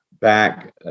back